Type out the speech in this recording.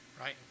Right